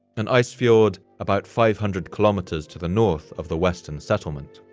an ice fjord about five hundred kilometres to the north of the western settlement.